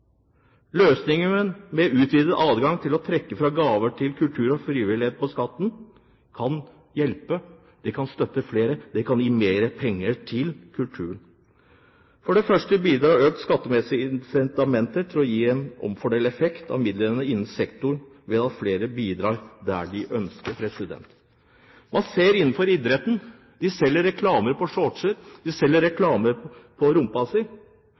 Løsningen med utvidet adgang til å trekke fra gaver til kultur og frivillighet på skatten kan hjelpe. Det kan støtte flere, det kan gi mer penger til kulturen. For det første bidrar økte skattemessige incitamenter til å gi en omfordelende effekt av midlene innen sektoren ved at flere bidrar der de ønsker. Man ser det innenfor idretten: De selger reklame på shortser, de selger reklame på